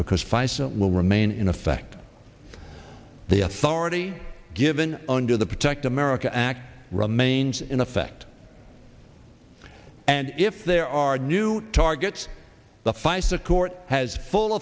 feisal will remain in effect the authority given under the protect america act remains in effect and if there are new targets the feis a court has full